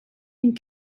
and